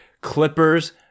Clippers